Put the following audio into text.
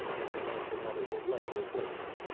as he knows the mother will lay a replacement.